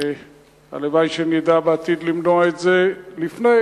הלוואי שנדע בעתיד למנוע את זה לפני,